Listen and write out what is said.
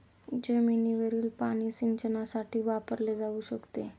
जमिनीवरील पाणी सिंचनासाठी वापरले जाऊ शकते